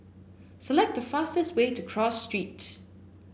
select the fastest way to Cross Street